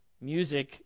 music